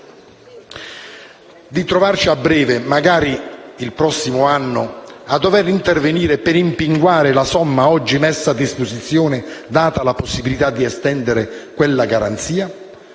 di trovarci a breve - magari il prossimo anno - a dover intervenire per rimpinguare la somma oggi messa a disposizione, data la possibilità di estendere quella garanzia.